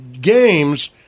games